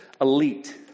elite